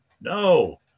No